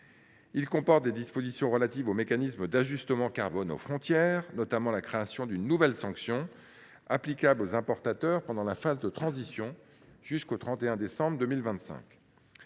également des dispositions relatives au mécanisme d’ajustement carbone aux frontières, notamment la création d’une nouvelle sanction applicable aux importateurs pendant la phase de transition jusqu’au 31 décembre 2025.